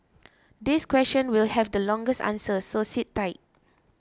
this question will have the longest answer so sit tight